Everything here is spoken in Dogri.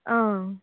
हां